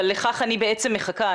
אבל לכך אני בעצם מחכה.